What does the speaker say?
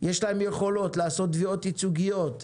יש להם יכולות לעשות תביעות ייצוגיות,